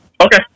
Okay